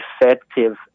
effective